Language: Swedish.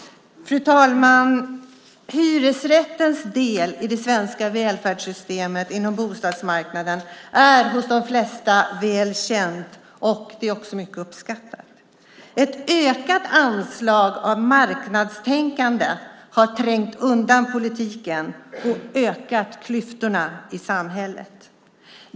Fru talman! Hyresrättens del i det svenska välfärdssystemet, inom bostadsmarknaden, är väl känd hos flertalet och också mycket uppskattad. Ett ökat inslag av marknadstänkande har trängt undan politiken och ökat klyftorna i samhället.